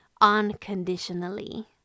unconditionally